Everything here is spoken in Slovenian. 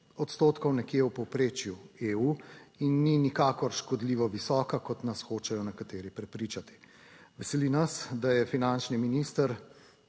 odstotkov nekje v povprečju EU in ni nikakor škodljivo visoka, kot nas hočejo nekateri prepričati. Veseli nas, da je finančni minister